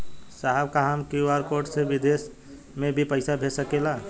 साहब का हम क्यू.आर कोड से बिदेश में भी पैसा भेज सकेला?